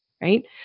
right